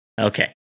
Okay